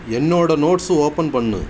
என்னோட notes open பண்ணு